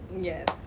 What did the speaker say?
Yes